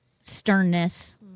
sternness